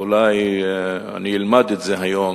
אולי אני אלמד את זה היום,